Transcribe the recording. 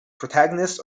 protagonist